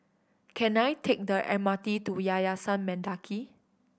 can I take the M R T to Yayasan Mendaki